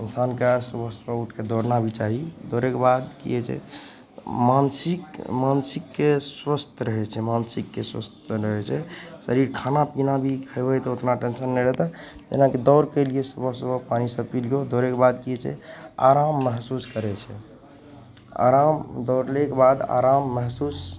इन्सानकेँ सुबह सुबह उठिके दौड़ना भी चाही दौड़ैके बाद कि होइ छै मानसिक मानसिकके स्वस्थ रहै छै मानसिकके स्वस्थ रहै छै तऽ ई खानापिना भी खएबै तऽ ओतना टेन्शन नहि रहतै जेनाकि दौड़िके अएलिए सुबह सुबह पानि सब पी लिऔ दौड़ैके बाद कि होइ छै आराम महसूस करै छै आराम दौड़लेके बाद आराम महसूस